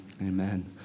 Amen